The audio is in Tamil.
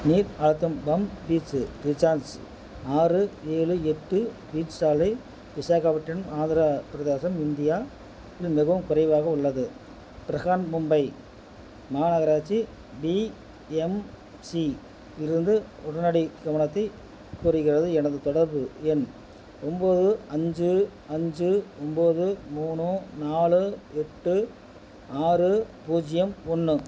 நீர் அழுத்தம் பாம் பீச்சு ரிசார்ட்ஸ் ஆறு ஏழு எட்டு பீச் சாலை விசாகப்பட்டினம் ஆந்திர பிரதேசம் இந்தியா இல் மிகவும் குறைவாக உள்ளது பிரஹான்மும்பை மாநகராட்சி பி எம் சி இலிருந்து உடனடி கவனத்தை கோருகிறது எனது தொடர்பு எண் ஒம்போது அஞ்சு அஞ்சு ஒம்போது மூணு நாலு எட்டு ஆறு பூஜ்ஜியம் ஒன்று